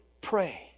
pray